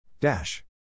Dash